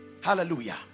hallelujah